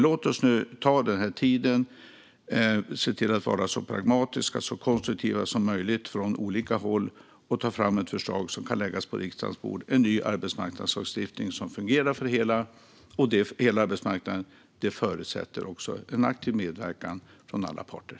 Låt oss nu ta den här tiden, se till att vara så pragmatiska och konstruktiva som möjligt från olika håll och ta fram ett förslag som kan läggas på riksdagens bord - en ny arbetsmarknadslagstiftning som fungerar för hela arbetsmarknaden. Detta förutsätter en aktiv medverkan av alla parter.